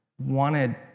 wanted